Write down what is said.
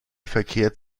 verkehrt